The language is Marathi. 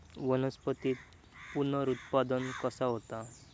वनस्पतीत पुनरुत्पादन कसा होता?